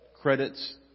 credits